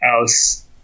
else